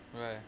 Right